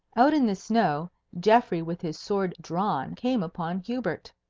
out in the snow, geoffrey with his sword drawn came upon hubert.